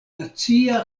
nacia